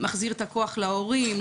מחזיר את הכוח להורים,